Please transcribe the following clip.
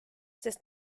sest